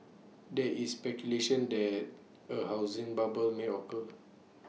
there is speculation that A housing bubble may occur